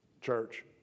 church